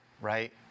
right